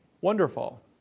wonderful